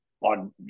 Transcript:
on